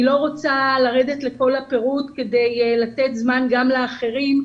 אני לא רוצה לרדת לכל הפירוט כדי לתת זמן גם למשתתפים האחרים,